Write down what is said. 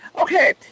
Okay